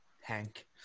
Hank